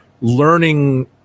learning